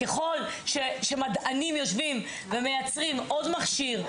ככל שמדענים יושבים ומייצרים עוד מכשיר,